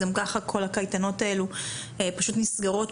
גם ככה כל הקייטנות האלו פשוט נסגרות.